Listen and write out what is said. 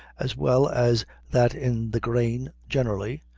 as well as that in the grain generally,